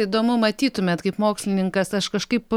įdomu matytumėt kaip mokslininkas aš kažkaip